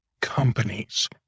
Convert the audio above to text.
companies